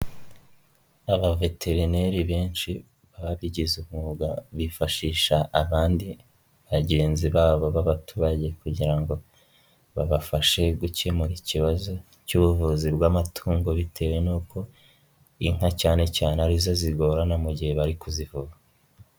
Abaveterineri benshi babigize umwuga bifashisha abandi bagenzi babo b'abaturage kugira ngo babafashe gukemura ikibazo cy'ubuvuzi bw'amatungo bitewe n'uko inka cyane cyane ari zo zigorana mu gihe bari kuzivura.